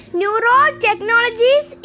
neurotechnologies